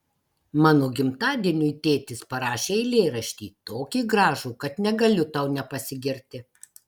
mano gimtadieniui tėtis parašė eilėraštį tokį gražų kad negaliu tau nepasigirti